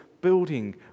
building